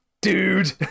Dude